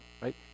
right